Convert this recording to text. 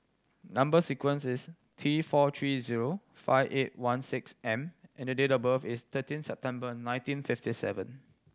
number sequence is T four three zero five eight one six M and the date of birth is thirteen September nineteen fifty seven